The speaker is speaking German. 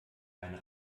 eine